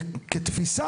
כתפיסה,